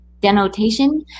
Denotation